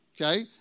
okay